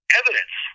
evidence